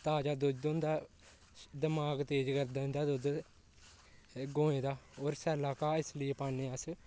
ताजा दोद्ध होंदा दमाग तेज करदा इं'दा दोद्ध गौएं दा होर सै'ल्ला घाऽ इस लिये पाने अस